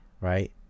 right